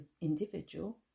individual